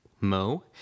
Mo